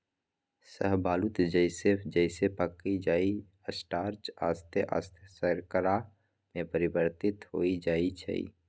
शाहबलूत जइसे जइसे पकइ छइ स्टार्च आश्ते आस्ते शर्करा में परिवर्तित हो जाइ छइ